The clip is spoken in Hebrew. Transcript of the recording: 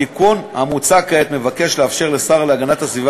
התיקון המוצע כעת מבקש לאפשר לשר להגנת הסביבה